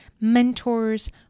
mentors